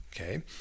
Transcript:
okay